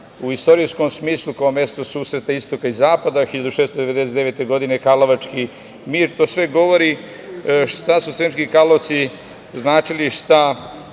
u istorijskom smislu, kao mesto susreta istoka i zapadam 1699. godine Karlovački mir. To sve govori šta su Sremski Karlovci značili i šta